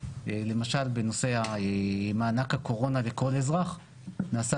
למשל בנושא מענק הקורונה לכל אזרח נעשה